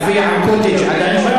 גביע ה"קוטג'" עדיין שם?